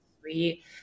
three